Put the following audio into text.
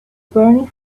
burning